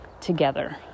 together